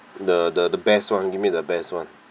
the the the best [one] give me the best [one]